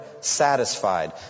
satisfied